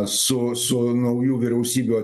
su su naujų vyriausybių